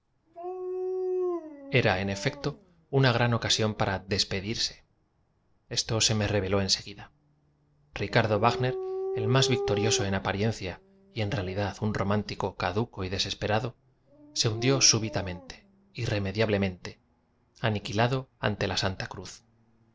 en efecto una gran ocasión para despedir eso se me reveló en seguida ricardo w agner el más victorioso en apariencia y en realidad un romántico caduco y desesperado se hundió súbitamente irreme diablemente aniquilado ante a santa cruz